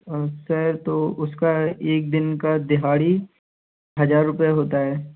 sir तो उसका एक दिन का दिहाड़ी हज़ार रुपये होता है